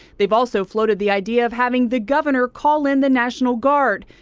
they have also floated the idea of having the governor call in the national guard.